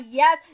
yes